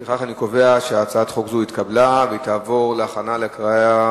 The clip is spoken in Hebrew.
לפיכך אני קובע שהצעת חוק זו התקבלה והיא תעבור להכנה לקריאה